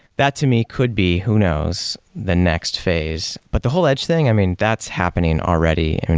that to me could be who knows? the next phase, but the whole edge thing, i mean, that's happening already.